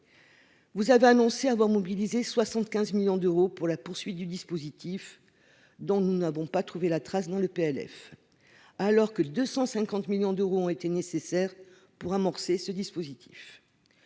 Vous avez annoncé avoir mobilisé 75 millions d'euros pour la poursuite du dispositif dont nous n'avons pas trouvé la trace dans le PLF alors que 250 millions d'euros ont été nécessaires pour amorcer ce dispositif